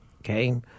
okay